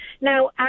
Now